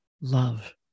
love